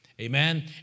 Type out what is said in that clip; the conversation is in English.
Amen